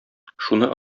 шуны